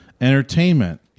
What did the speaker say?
entertainment